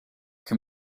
can